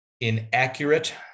inaccurate